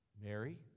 Mary